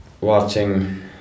watching